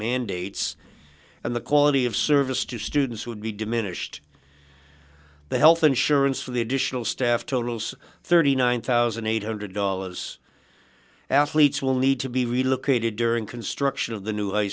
mandates and the quality of service to students would be diminished the health insurance for the additional staff totals thirty nine thousand eight hundred dollars athletes will need to be relocated during construction of the new